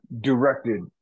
directed